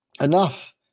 enough